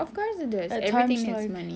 of course it does everything needs money